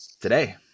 Today